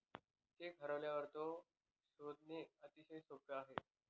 check हरवल्यावर तो शोधणे अतिशय सोपे आहे